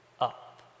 up